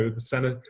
ah the senate,